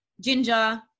ginger